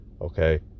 Okay